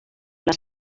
les